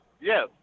Yes